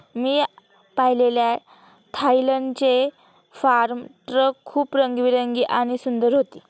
मी पाहिलेले थायलंडचे farm truck खूप रंगीबेरंगी आणि सुंदर होते